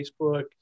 Facebook